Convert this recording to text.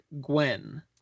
Gwen